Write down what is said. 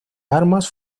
armas